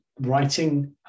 writing